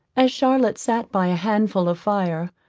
as charlotte sat by a handful of fire,